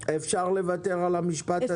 אפשר לוותר על המשפט הזה.